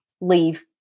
leave